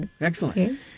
Excellent